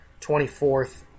24th